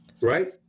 Right